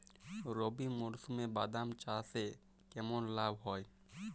রবি মরশুমে বাদাম চাষে কেমন লাভ হয়?